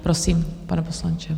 Prosím, pane poslanče.